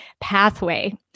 pathway